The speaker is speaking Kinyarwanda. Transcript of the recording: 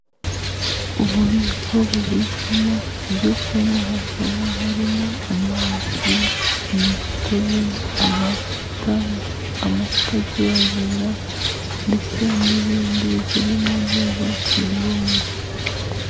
Ububiko bubikwamo ibyo kunywa, hakaba harimo amazi, imitobe, amata, amata aryohera ndetse n'ibindi birimo neza ku murongo.